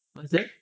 what is that